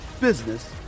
business